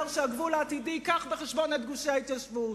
שבגבול העתידי יובאו בחשבון גושי ההתיישבות.